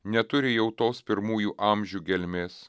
neturi jau tos pirmųjų amžių gelmės